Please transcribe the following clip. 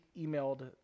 emailed